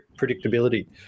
predictability